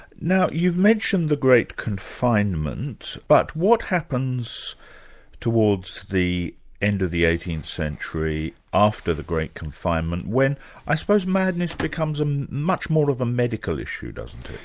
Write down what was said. now you've mentioned the great confinement, but what happens towards the end of the eighteenth century, after the great confinement, when i suppose madness becomes um much more of a medical issue, doesn't it?